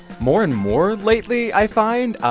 more and more lately, i find.